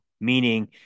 Meaning